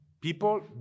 people